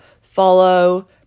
follow